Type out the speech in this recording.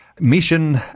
mission